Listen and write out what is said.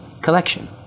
collection